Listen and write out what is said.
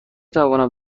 توانم